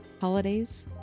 holidays